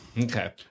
Okay